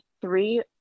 three